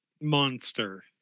Monster